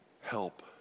help